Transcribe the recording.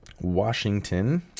Washington